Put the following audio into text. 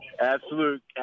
Absolute